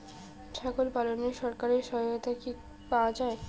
ছাগল পালনে সরকারি সহায়তা কি পাওয়া যায়?